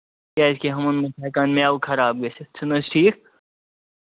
کیٛازِ کہِ ہُمَن منٛز چھُ ہٮ۪کان مٮ۪وٕ خراب گٔژھِتھ چھُنہٕ حظ ٹھیٖک